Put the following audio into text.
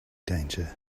danger